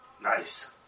Nice